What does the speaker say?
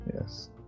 yes